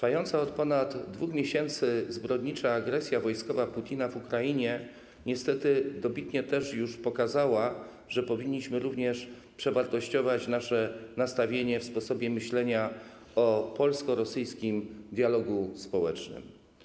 Trwająca od ponad 2 miesięcy zbrodnicza agresja wojskowa Putina w Ukrainie niestety dobitnie już pokazała, że powinniśmy przewartościować nasze nastawienie również w sposobie myślenia o polsko-rosyjskim dialogu społecznym.